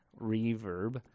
reverb